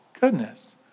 goodness